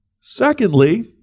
Secondly